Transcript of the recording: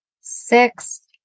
six